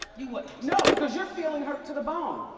you wouldn't? no, because your feelings hurt to the bone.